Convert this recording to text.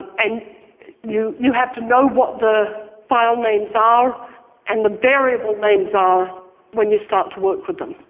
and you you have to know what the file names are and the variable names are when you start to work with them?